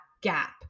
gap